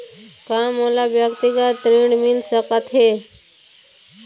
का मोला व्यक्तिगत ऋण मिल सकत हे?